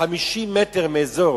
50 מטר מהאזור